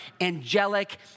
angelic